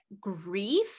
grief